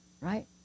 right